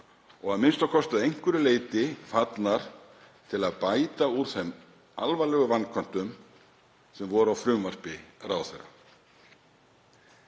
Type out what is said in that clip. og a.m.k. að einhverju leyti fallnar til að bæta úr þeim alvarlegu vanköntum sem voru á frumvarpi ráðherra.